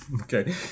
Okay